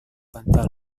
bantal